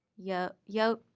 yo. yo.